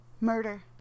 Murder